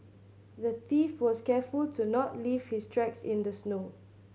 the thief was careful to not leave his tracks in the snow